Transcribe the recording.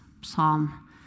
psalm